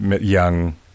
young